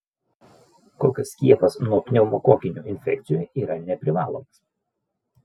kol kas skiepas nuo pneumokokinių infekcijų yra neprivalomas